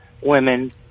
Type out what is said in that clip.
women